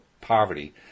poverty